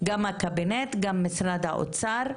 גם הקבינט, גם משרד האוצר.